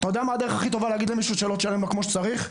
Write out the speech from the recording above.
הדרך הכי טוב להגיד למישהו כשאתה לא משלם לו כמו שצריך,